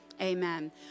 Amen